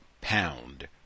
pound